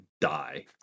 die